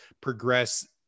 progress